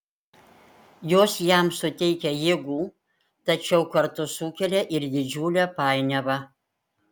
jos jam suteikia jėgų tačiau kartu sukelia ir didžiulę painiavą